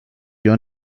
your